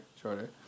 shorter